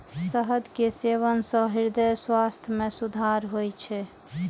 शहद के सेवन सं हृदय स्वास्थ्य मे सुधार होइ छै